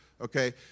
Okay